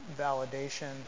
validation